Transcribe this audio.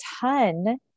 ton